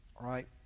right